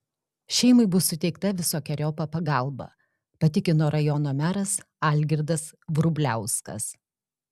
šeimai bus suteikta visokeriopa pagalba patikino rajono meras algirdas vrubliauskas